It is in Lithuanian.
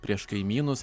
prieš kaimynus